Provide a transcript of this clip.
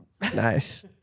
Nice